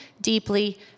deeply